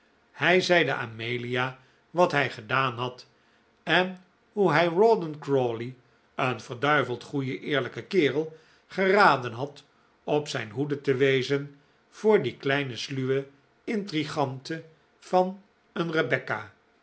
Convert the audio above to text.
hij zeide amelia wat hij gedaan had en hoe hij rawdon crawley een verduiveld goeie eerlijke kerel geraden had op zijn hoede te wezen voor die kleine sluwe intrigante van een rebecca